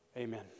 Amen